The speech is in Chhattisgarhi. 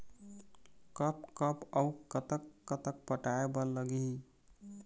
कब कब अऊ कतक कतक पटाए बर लगही